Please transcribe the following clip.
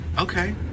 Okay